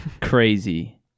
Crazy